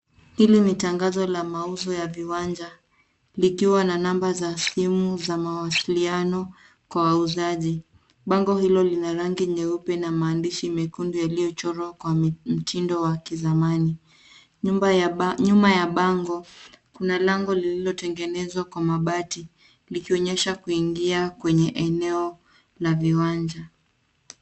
Hili ni tangazo la mauzo ya viwanja likiwa na number za simu za mawasiliano kwa wauzaji bango hilo lina rangi nyeupe na maandishi mekundu yaliyochorwa kwa mtindo wa kizamani. Nyuma ya bango kuna lango lililotengenezwa kwa mabati likionyesha kuingia kwenye eneo la viwanja